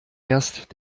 erst